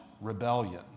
rebellion